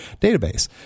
database